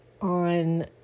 on